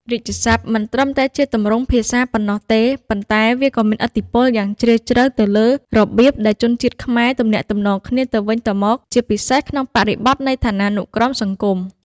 រាជសព្ទ មិនត្រឹមតែជាទម្រង់ភាសាប៉ុណ្ណោះទេ ប៉ុន្តែវាក៏មានឥទ្ធិពលយ៉ាងជ្រាលជ្រៅទៅលើរបៀបដែលជនជាតិខ្មែរទំនាក់ទំនងគ្នាទៅវិញទៅមក ជាពិសេសក្នុងបរិបទនៃឋានានុក្រមសង្គម។